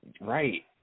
Right